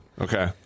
okay